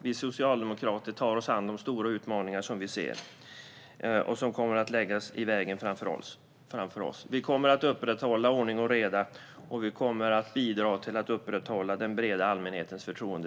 Vi socialdemokrater tar oss an de stora utmaningar som vi ser och som kommer att läggas i vägen framför oss. Vi kommer att upprätthålla ordning och reda, och vi kommer att bidra till att upprätthålla den breda allmänhetens förtroende.